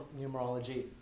Numerology